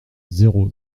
zéro